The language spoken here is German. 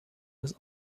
des